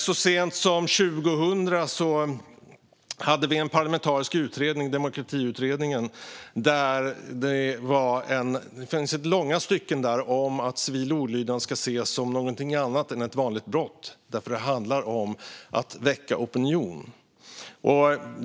Så sent som 2000 kom en parlamentarisk utredning, Demokratiutredningen, med sitt slutbetänkande. Där finns det långa stycken om att civil olydnad ska ses som någonting annat än ett vanligt brott, då det handlar om att väcka opinion.